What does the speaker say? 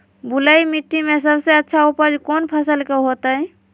बलुई मिट्टी में सबसे अच्छा उपज कौन फसल के होतय?